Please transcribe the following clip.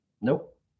Nope